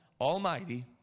Almighty